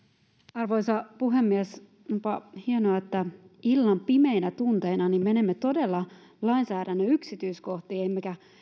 arvoisa puhemies onpa hienoa että illan pimeinä tunteina menemme todella lainsäädännön yksityiskohtiin emmekä